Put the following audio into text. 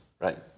right